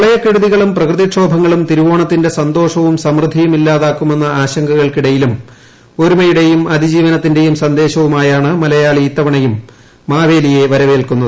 പ്രളയക്കെടുതികളും പ്രകൃതിക്ഷോഭങ്ങളും തിരുവോണത്തിന്റെ സന്തോഷവും സമൃദ്ധിയും ഇല്ലാതാക്കുമെന്ന ആശങ്കകൾക്കിടയിലും ഒരുമയുടെയും അതിജീവനത്തിന്റെയും സന്ദേശവുമായാണ് മലയാളി ഇത്തവണയും മാവേലിയെ വരവേൽക്കുന്നത്